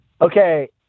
okay